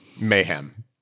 mayhem